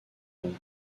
donc